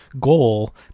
goal